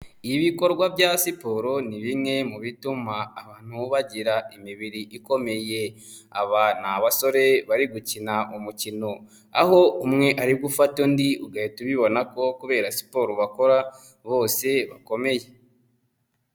Ibikorwa bya siporo ni bimwe mu bituma abantu bagira imibiri ikomeye, aba ni abasore bari gukina umukino, aho umwe ari gufata undi ugahita ubibona ko kubera siporo bakora bose bakomeye.